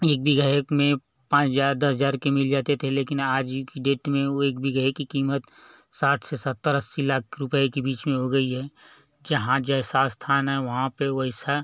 एक बीघे में पाँच हजार दस हजार के मिल जाते थे लेकिन आज ही की डेट में वो एक बीघे की कीमत साठ से सत्तर अस्सी लाख रुपये के बीच में हो गई है जहाँ जैसा स्थान है वहाँ पर वैसा